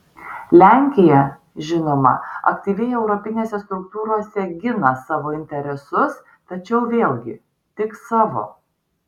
lenkija žinoma aktyviai europinėse struktūrose gina savo interesus tačiau vėlgi tik savo